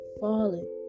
falling